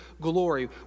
glory